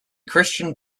christian